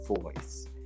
voice